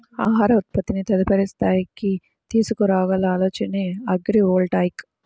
ఆహార ఉత్పత్తిని తదుపరి స్థాయికి తీసుకురాగల ఆలోచనే అగ్రివోల్టాయిక్